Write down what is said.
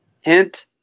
Hint